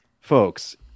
folks